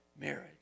marriage